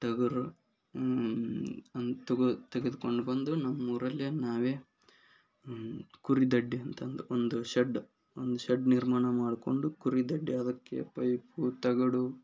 ಟಗರು ಅನ್ ತೆಗೆ ತೆಗೆದುಕೊಂಡು ಬಂದು ನಮ್ಮ ಊರಲ್ಲಿ ನಾವೇ ಕುರಿದೊಡ್ಡಿ ಅಂತಂದು ಒಂದು ಶಡ್ ಒಂದು ಶಡ್ ನಿರ್ಮಾಣ ಮಾಡಿಕೊಂಡು ಕುರಿ ದೊಡ್ಡಿ ಅದಕ್ಕೆ ಪೈಪು ತಗಡು